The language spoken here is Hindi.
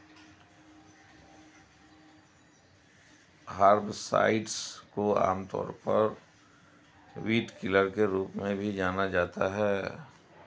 हर्बिसाइड्स को आमतौर पर वीडकिलर के रूप में भी जाना जाता है